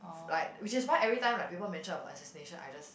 like which is why every time like people mention about assassination I just